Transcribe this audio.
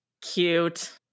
Cute